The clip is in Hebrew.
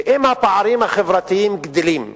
ואם הפערים החברתיים גדלים,